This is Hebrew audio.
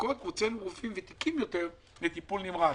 במחלקות ובמקביל הוצאנו רופאים ותיקים יותר לטיפול נמרץ,